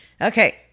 Okay